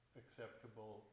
acceptable